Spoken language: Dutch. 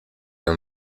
een